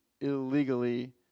illegally